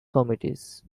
committees